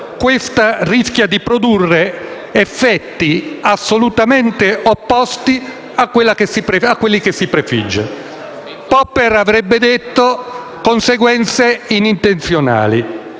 le altre cose, di produrre effetti assolutamente opposti a quelli che si prefigge: Popper le avrebbe chiamate conseguenze inintenzionali.